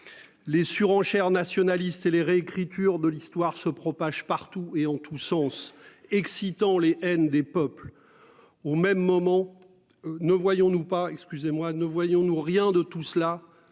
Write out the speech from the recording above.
Les surenchères nationalistes et les réécriture de l'histoire se propage partout et en tous sens excitant Les and des peuples. Au même moment. Ne voyons-nous pas excusez-moi,